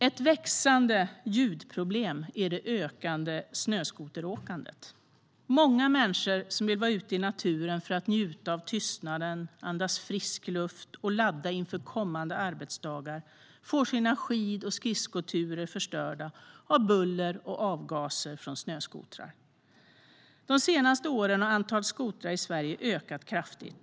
Ett växande ljudproblem är det ökande snöskoteråkandet. Många människor som vill vara ute i naturen för att njuta av tystnaden, andas frisk luft och ladda inför kommande arbetsdagar får sina skid och skridskoturer förstörda av buller och avgaser från snöskotrar. De senaste åren har antalet skotrar i Sverige ökat kraftigt.